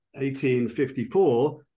1854